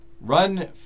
Run